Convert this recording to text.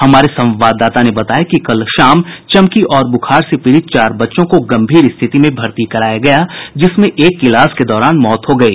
हमारे संवाददाता ने बताया कि कल शाम चमकी और बूखार से पीड़ित चार बच्चों को गंभीर स्थिति में भर्ती कराया गया जिसमें एक की इलाज के दौरान मौत हो गयी